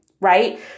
right